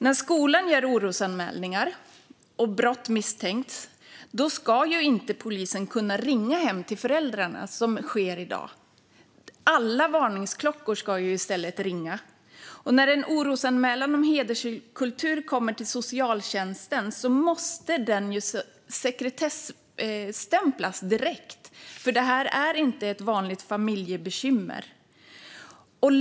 När skolan gör orosanmälningar och brott misstänks ska inte polisen kunna ringa hem till föräldrarna på det sätt man gör i dag. I stället ska alla varningsklockor ringa. När en orosanmälan om hederskultur kommer till socialtjänsten måste den direkt sekretesstämplas, för detta kan inte hanteras som ett vanligt familjebekymmer.